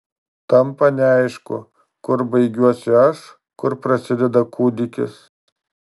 tampa neaišku kur baigiuosi aš kur prasideda kūdikis